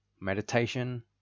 meditation